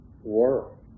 war